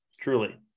truly